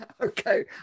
Okay